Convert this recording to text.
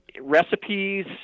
recipes